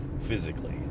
physically